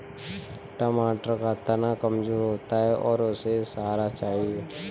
टमाटर का तना कमजोर होता है और उसे सहारा चाहिए